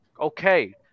Okay